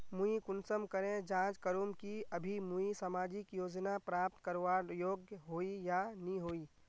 मुई कुंसम करे जाँच करूम की अभी मुई सामाजिक योजना प्राप्त करवार योग्य होई या नी होई?